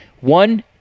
One